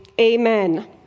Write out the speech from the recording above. amen